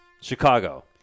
Chicago